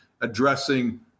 addressing